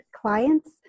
clients